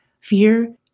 Fear